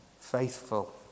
faithful